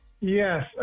Yes